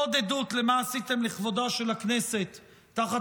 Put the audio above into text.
עוד עדות למה שעשיתם לכבודה של הכנסת תחת